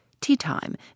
tea-time